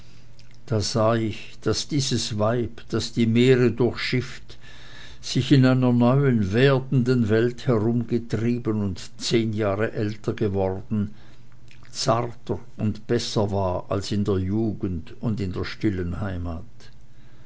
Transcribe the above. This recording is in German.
da sah ich daß dieses weib das die meere durchschifft sich in einer neuen werdenden welt herumgetrieben und zehn jahre älter geworden zarter und besser war als in der jugend und in der stillen heimat